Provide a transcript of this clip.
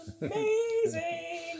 amazing